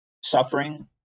suffering